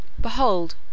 behold